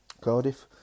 Cardiff